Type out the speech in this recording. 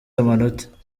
amanota